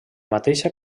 mateixa